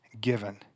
given